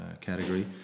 category